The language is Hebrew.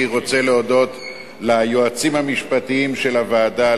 אני רוצה להודות ליועצים המשפטיים של הוועדה,